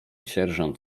sierżant